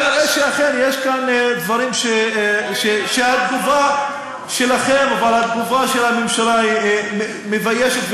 כנראה שיש כאן דברים שהתגובה שלכם והתגובה של הממשלה מביישת,